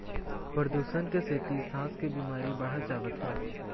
परदूसन के सेती सांस के बिमारी बाढ़त जावत हे